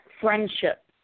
friendship